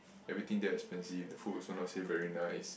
everything damn expensive the food also not say very nice